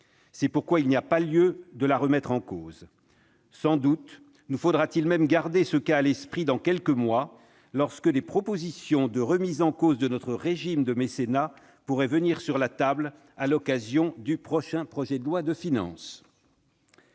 C'est pourquoi il n'y a pas lieu de la remettre en cause. Sans doute nous faudra-t-il même garder ce cas à l'esprit dans quelques mois, lorsque des propositions de remise en cause de notre régime de mécénat pourraient venir sur la table à l'occasion du prochain projet de loi de finances.